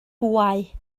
bwâu